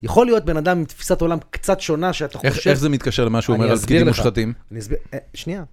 יכול להיות בן אדם עם תפיסת עולם קצת שונה שאתה חושב... איך זה מתקשר למה שהוא אומר על פקידים מושחתים? אני אסביר לך. שנייה.